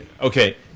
Okay